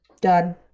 Done